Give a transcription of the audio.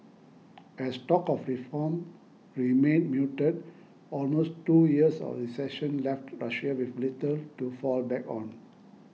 as talk of reform remained muted almost two years of recession left Russia with little to fall back on